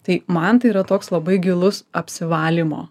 tai man tai yra toks labai gilus apsivalymo